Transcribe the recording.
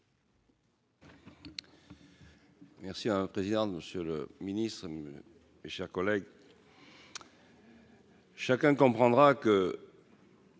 Merci à un président, Monsieur le Ministre, mes chers collègues. Chacun comprendra que.